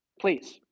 Please